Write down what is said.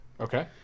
Okay